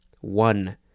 One